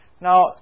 Now